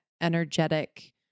energetic